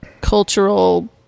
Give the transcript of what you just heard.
cultural